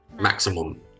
Maximum